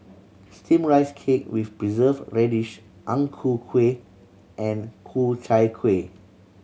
Steamed Rice Cake with Preserved Radish Ang Ku Kueh and Ku Chai Kuih